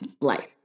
life